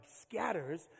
scatters